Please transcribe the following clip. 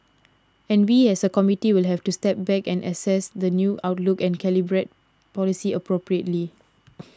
and we as a committee will have to step back and assess the new outlook and calibrate policy appropriately